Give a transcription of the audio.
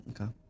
Okay